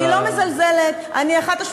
למה את מזלזלת, אני לא מזלזלת.